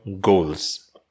goals